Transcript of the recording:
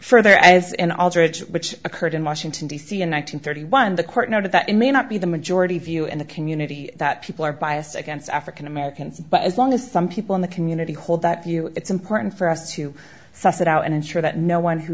further as an alternate which occurred in washington d c in one thousand thirty one the court noted that it may not be the majority view in the community that people are biased against african americans but as long as some people in the community hold that view it's important for us to suss it out and ensure that no one who